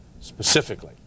specifically